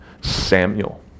Samuel